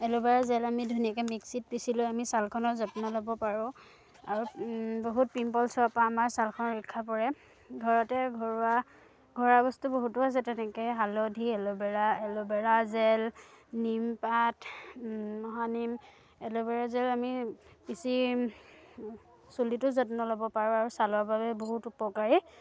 aloe vera gel আমি ধুনীয়াকৈ মিক্সিত পিচি লৈ আমি ছালখনৰ যত্ন ল'ব পাৰোঁ আৰু বহুত পিম্পলছ হোৱাৰ পৰা আমাৰ ছালখনৰ ৰক্ষা পৰে ঘৰতে ঘৰুৱা ঘৰুৱা বস্তু বহুতো আছে তেনেকৈ হালধি এল'ভেৰা এল'ভেৰা জেল নিমপাত মহানিম এল'ভেৰা জেল আমি পিচি চুলিটো যত্ন ল'ব পাৰোঁ আৰু ছালৰ বাবে বহুত উপকাৰী